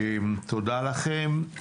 תודה לכם.